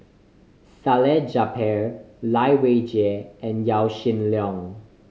Salleh Japar Lai Weijie and Yaw Shin Leong